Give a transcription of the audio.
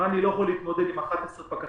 רני לא יכול להתמודד עם 11 פקחים.